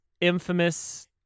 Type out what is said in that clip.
infamous